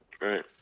Right